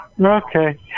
Okay